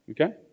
Okay